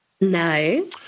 No